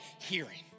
hearing